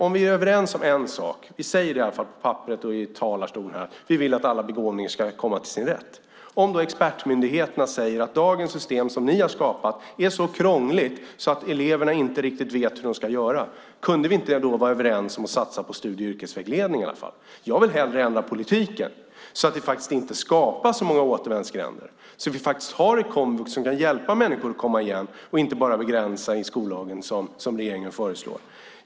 Om vi är överens om att alla begåvningar ska komma till sin rätt - vi säger i alla fall det på papperet och i talarstolen här - och expertmyndigheterna säger att dagens system som ni har skapat är så krångligt att eleverna inte riktigt vet hur de ska göra, kan vi då inte vara överens om att i alla fall satsa på studie och yrkesvägledning? Jag vill hellre ändra politiken så att vi inte skapar så många återvändsgränder och så att vi faktiskt har ett komvux som kan hjälpa människor att komma igen och inte bara begränsa i skollagen som regeringen föreslår.